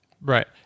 Right